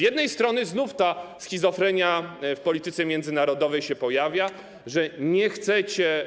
I znów ta schizofrenia w polityce międzynarodowej się pojawia, że nie chcecie.